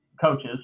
coaches